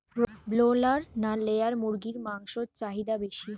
Broiler না layer মুরগির মাংসর চাহিদা বেশি?